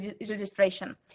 registration